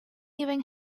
even